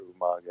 Umaga